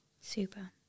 Super